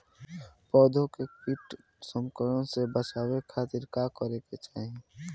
पौधा के कीट संक्रमण से बचावे खातिर का करे के चाहीं?